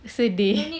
sedih